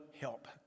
help